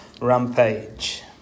rampage